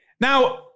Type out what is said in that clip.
Now